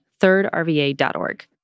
thirdrva.org